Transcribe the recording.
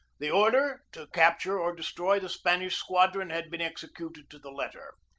the order to capture or destroy the spanish squadron had been executed to the letter.